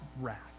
wrath